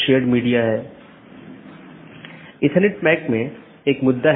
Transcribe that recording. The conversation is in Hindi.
इसमें स्रोत या गंतव्य AS में ही रहते है